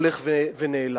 הולך ונעלם.